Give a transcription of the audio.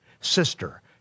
Sister